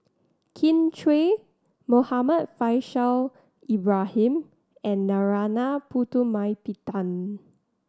Kin Chui Muhammad Faishal Ibrahim and Narana Putumaippittan